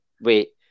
Wait